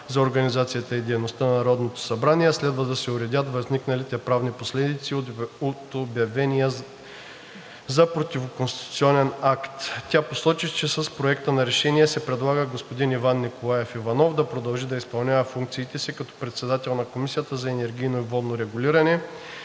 за организацията и дейността на Народното събрание следва да се уредят възникналите правни последици от обявения за противоконституционен акт. Тя посочи, че с Проекта на решение се предлага господин Иван Николаев Иванов да продължи да изпълнява функциите си като председател на Комисията за енергийно и водно регулиране